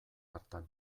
hartan